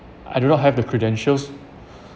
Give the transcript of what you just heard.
I do not have the credentials